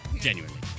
genuinely